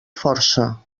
força